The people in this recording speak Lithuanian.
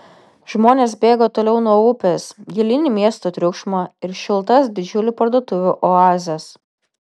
žmonės bėga toliau nuo upės gilyn į miesto triukšmą ir šiltas didžiulių parduotuvių oazes